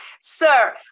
sir